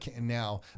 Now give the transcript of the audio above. now